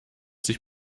sich